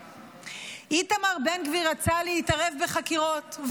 איתמר בן גביר רצה להתערב בחקירות.